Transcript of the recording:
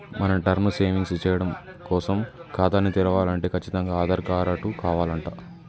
మనం term savings సేయడం కోసం ఖాతాని తెరవలంటే కచ్చితంగా ఆధార్ కారటు కావాలంట